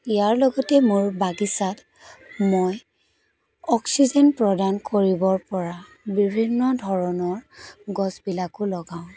ইয়াৰ লগতে মোৰ বাগিচাত মই অক্সিজেন প্ৰদান কৰিবৰ পৰা বিভিন্ন ধৰণৰ গছ বিলাকো লগাওঁ